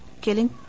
killing